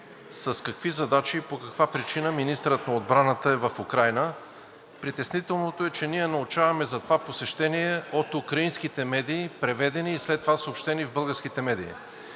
с какви задачи и по каква причина министърът на отбраната е в Украйна? Притеснителното е, че ние научаваме за това посещение от украинските медии, преведени и след това съобщени в българските медии.